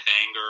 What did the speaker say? Anger